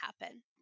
happen